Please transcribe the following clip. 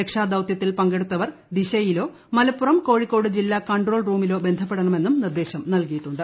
രക്ഷാദൌതൃത്തിൽ പങ്കെടുത്തവർ ദിശയിലോ മലപ്പുറം കോഴിക്കോട് ജില്ലാ കൺട്രോൾ റൂമിലോ ബന്ധപ്പെടണമെന്നും നിർദ്ദേശം നൽകിയിട്ടുണ്ട്